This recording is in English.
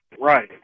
right